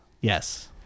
Yes